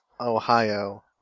Ohio